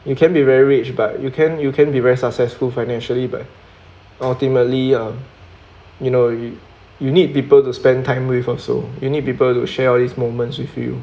you can be very rich but you can you can be very successful financially but ultimately um you know you you need people to spend time with also you need people to share all these moments with you